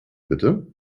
bitte